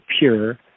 pure